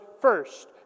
first